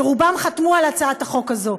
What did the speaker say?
שרובם חתמו על הצעת החוק הזו,